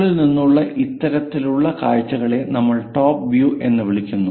മുകളിൽ നിന്നുള്ള ഇത്തരത്തിലുള്ള കാഴ്ചകളെ നമ്മൾ ടോപ് വ്യൂ എന്ന് വിളിക്കുന്നു